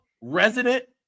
resident